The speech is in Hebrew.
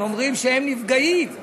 הם אומרים שהם נפגעים,